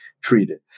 treated